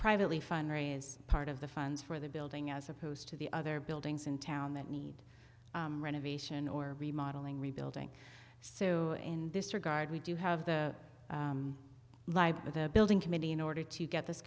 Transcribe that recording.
privately fund raise part of the funds for the building as opposed to the other buildings in town that need renovation or remodelling rebuilding so in this regard we do have the lie but the building committee in order to get th